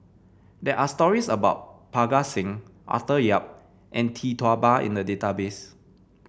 there are stories about Parga Singh Arthur Yap and Tee Tua Ba in the database